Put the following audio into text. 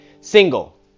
single